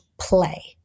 play